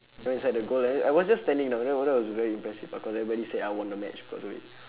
went inside the goal right I was just standing you know that was very impressive ah cause everybody say I won the match because of it